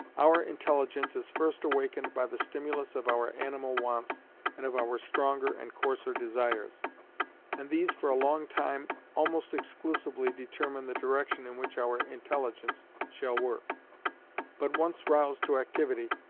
our intelligence is first awakened by the stimulus of our animal wants and of our stronger and coarser desires and these for a long time almost exclusively determine the direction in which our intelligence shall work but once roused to activity,